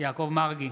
יעקב מרגי,